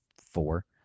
four